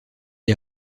est